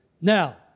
Now